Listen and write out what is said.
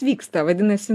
vyksta vadinasi